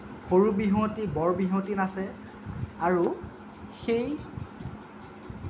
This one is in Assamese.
সৰু বিহুৱতী বৰ বিহুৱতী নাচে আৰু সেই